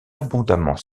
abondamment